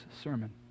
sermon